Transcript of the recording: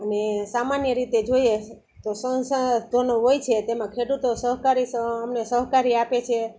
અને સામાન્ય રીતે જોઈએ તો સંસાધનો હોય છે તેમાં ખેડૂતો સહકારી અમને સહકારી આપે છે